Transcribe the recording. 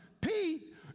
Pete